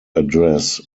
address